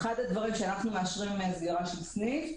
כאשר אנחנו מאשרים סגירה של סניף,